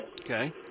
Okay